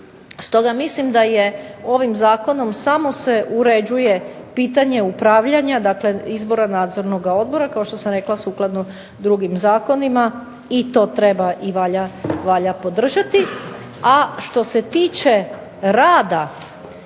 Stoga, mislim da ovim zakonom samo se uređuje pitanje upravljanja, dakle izbora nadzornoga odbora, kao što sam rekla sukladno drugim zakonima. I to treba i valja podržati. A što se tiče rada